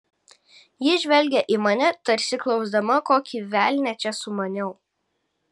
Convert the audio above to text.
ji žvelgė į mane tarsi klausdama kokį velnią čia sumaniau